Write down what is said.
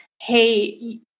hey